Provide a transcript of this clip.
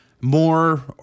More